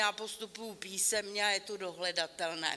Já postupuji písemně a je to dohledatelné.